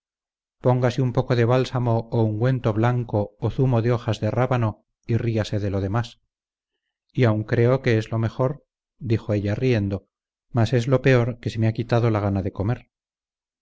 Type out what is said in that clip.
póngase un poco de bálsamo o ungüento blanco o zumo de hojas de rábano y ríase de lo demás y aun creo que es lo mejor dijo ella riendo mas es lo peor que se me ha quitado la gana del comer